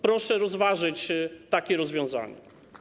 Proszę rozważyć takie rozwiązanie.